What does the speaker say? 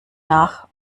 nach